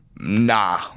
Nah